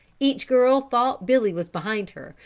each girl thought billy was behind her,